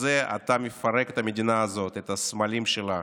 הזה אתה מפרק את המדינה הזאת, את הסמלים שלה,